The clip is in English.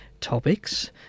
topics